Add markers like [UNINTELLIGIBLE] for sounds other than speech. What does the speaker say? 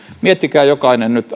miettikää jokainen nyt [UNINTELLIGIBLE]